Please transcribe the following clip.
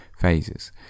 phases